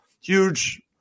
huge